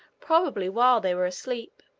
probably while they were asleep.